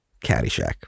Caddyshack